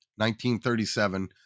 1937